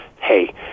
hey